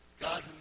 God